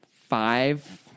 five